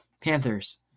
Panthers